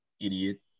Idiot